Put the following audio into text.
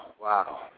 wow